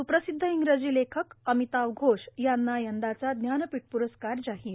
सुप्रसिद्ध इंग्रजी लेखक अमिताव घोष यांना यंदाचा ज्ञानपीठ पुरस्कार जाहीर